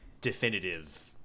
definitive